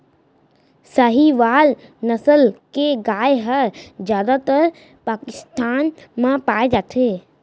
साहीवाल नसल के गाय हर जादातर पाकिस्तान म पाए जाथे